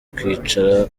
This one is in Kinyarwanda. kwicara